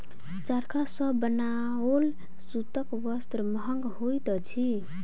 चरखा सॅ बनाओल सूतक वस्त्र महग होइत अछि